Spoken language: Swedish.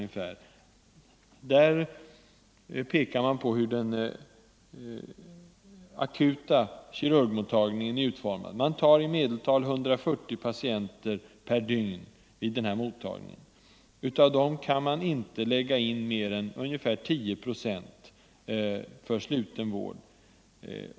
I skrivelsen pekar de på hur den akuta kirurgmottagningen är utformad. Man tar i medeltal emot 140 patienter per dygn vid mottagningen. Av dem kan man inte lägga in mer än ungefär 10 procent för sluten vård.